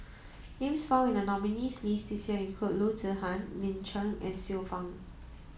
names found in the nominees' list this year include Loo Zihan Lin Chen and Xiu Fang